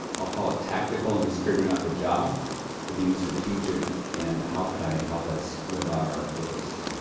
i'll call it tactical, in just figuring out the job to being strategic, and how can i help us live out our purpose?